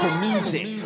music